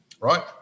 right